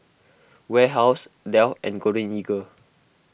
Warehouse Dell and Golden Eagle